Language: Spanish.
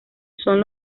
son